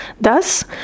Thus